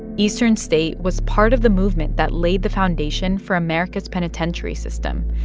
eastern state was part of the movement that laid the foundation for america's penitentiary system,